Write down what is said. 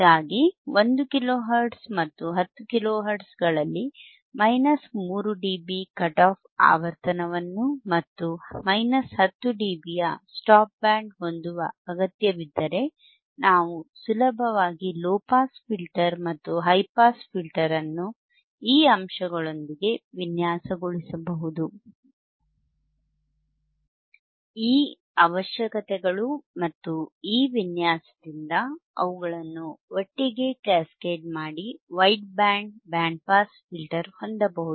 ಹೀಗಾಗಿ 1 ಕಿಲೋಹೆರ್ಟ್ಜ್ ಮತ್ತು 10 ಕಿಲೋಹೆರ್ಟ್ಜ್ ಗಲ್ಲಿ 3 ಡಿಬಿ ಕಟ್ ಆಫ್ ಆವರ್ತನವನ್ನು ಮತ್ತು 10ಡಿಬಿಯ ಸ್ಟಾಪ್ ಬ್ಯಾಂಡ್ ಹೊಂದುವ ಅಗತ್ಯವಿದ್ದರೆ ನಾವು ಸುಲಭವಾಗಿ ಲೊ ಪಾಸ್ ಫಿಲ್ಟರ್ ಮತ್ತು ಹೈ ಪಾಸ್ ಫಿಲ್ಟರ್ ಅನ್ನು ಈ ಅಂಶಗಳೊಂದಿಗೆ ವಿನ್ಯಾಸಗೊಳಿಸಬಹುದು ಈ ಅವಶ್ಯಕತೆಗಳು ಮತ್ತು ಈ ವಿನ್ಯಾಸದಿಂದ ಅವುಗಳನ್ನು ಒಟ್ಟಿಗೆ ಕ್ಯಾಸ್ಕೇಡ್ ಮಾಡಿ wide band band pass filter ಹೊಂದಬಹುದು